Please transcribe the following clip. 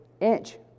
inch